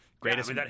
greatest